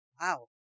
Wow